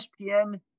ESPN